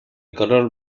color